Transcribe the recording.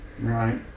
Right